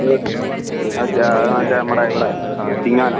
ഇത് മറ്റേ അത് മറ്റേ നമ്മുടെ ഇവിടെ ചിങ്ങവനം